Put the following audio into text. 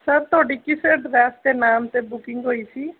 sir ਤੁਹਾਡੀ ਕਿਸ address ਅਤੇ ਨਾਮ 'ਤੇ ਬੁਕਿੰਗ ਹੋਈ ਸੀ